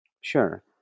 Sure